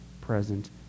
present